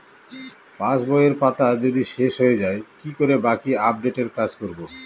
পাসবইয়ের পাতা যদি শেষ হয়ে য়ায় কি করে বাকী আপডেটের কাজ করব?